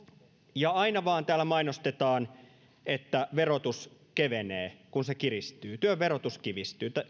ja aina vaan täällä mainostetaan että verotus kevenee kun se kiristyy työn verotus kiristyy